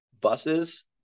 buses